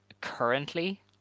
currently